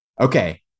Okay